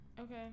Okay